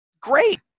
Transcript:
great